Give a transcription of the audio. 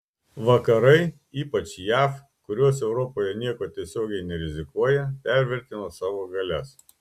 vakarai ypač jav kurios europoje niekuo tiesiogiai nerizikuoja pervertino savo galias